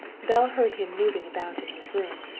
belle heard him moving about in his room,